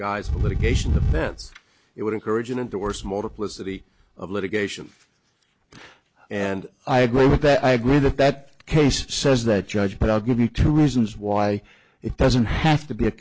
guise of litigation defense it would encourage an indoor smoke with city of litigation and i agree with that i agree that that case says that judge but i'll give you two reasons why it doesn't have to be a